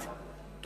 המסחר והתעסוקה.